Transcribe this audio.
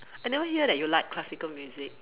I never hear that you like classical music